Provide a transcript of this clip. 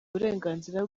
uburenganzira